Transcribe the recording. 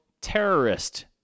terrorist